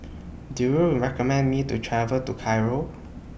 Do YOU recommend Me to travel to Cairo